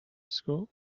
school